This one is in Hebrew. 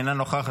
אינה נוכחת,